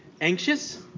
anxious